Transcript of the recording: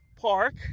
park